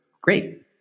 great